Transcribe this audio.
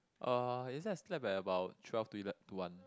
uh yesterday I slept at about twelve to ele~ to one